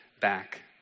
back